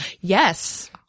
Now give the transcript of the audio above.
Yes